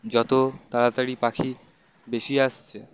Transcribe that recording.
যত তাড়াতাড়ি পাখি বেশি আসছে